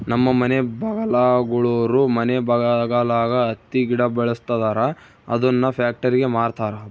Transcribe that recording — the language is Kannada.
ನಮ್ಮ ಮನೆ ಬಗಲಾಗುಳೋರು ಮನೆ ಬಗಲಾಗ ಹತ್ತಿ ಗಿಡ ಬೆಳುಸ್ತದರ ಅದುನ್ನ ಪ್ಯಾಕ್ಟರಿಗೆ ಮಾರ್ತಾರ